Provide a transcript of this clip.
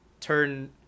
turn